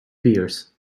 beers